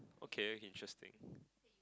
okay okay interesting